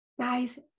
guys